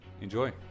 Enjoy